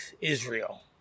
Israel